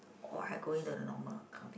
or I going to the normal accounting